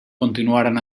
continuaren